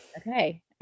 Okay